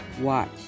Watch